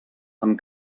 amb